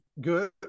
good